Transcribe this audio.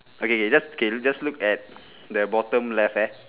okay okay just okay just look at the bottom left hand